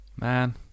Man